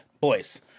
boys